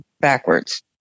backwards